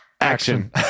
Action